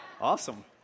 Awesome